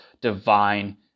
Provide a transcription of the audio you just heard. divine